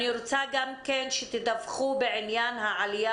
אני רוצה גם כן שתדווחו בעניין העלייה